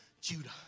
Judah